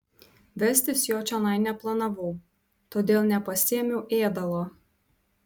vestis jo čionai neplanavau todėl nepasiėmiau ėdalo